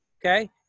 Okay